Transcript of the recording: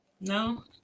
No